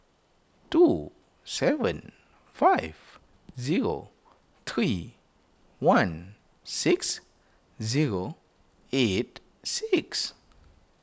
two seven five zero three one six zero eight six